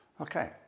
Okay